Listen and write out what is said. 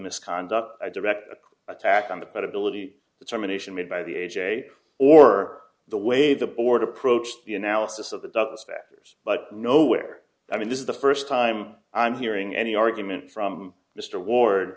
misconduct a direct attack on the credibility determination made by the a j or the way the board approached the analysis of the docket spector's but nowhere i mean this is the first time i'm hearing any argument from mr ward